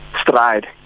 stride